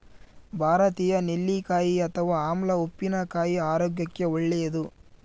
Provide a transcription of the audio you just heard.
ಭಾರತೀಯ ನೆಲ್ಲಿಕಾಯಿ ಅಥವಾ ಆಮ್ಲ ಉಪ್ಪಿನಕಾಯಿ ಆರೋಗ್ಯಕ್ಕೆ ಒಳ್ಳೇದು